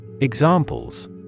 Examples